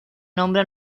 nombre